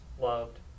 loved